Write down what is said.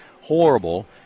horrible